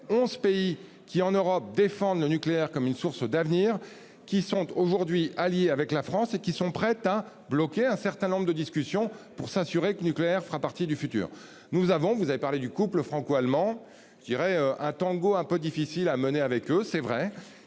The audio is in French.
11 pays qui en Europe, défendent le nucléaire comme une source d'avenir qui sont aujourd'hui allié avec la France et qui sont prêtes à bloquer un certain nombre de discussions pour s'assurer que nucléaire fera partie du futur. Nous avons, vous avez parlé du couple franco-allemand qui dirais un tango un peu difficile à mener avec eux c'est vrai